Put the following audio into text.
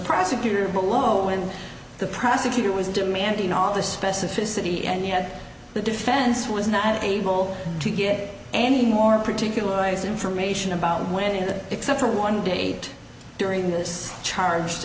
prosecutor below when the prosecutor was demanding all the specificity and yet the defense was not able to get any more particularized information about when it except for one date during this charged